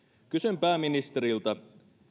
kysyn pääministeriltä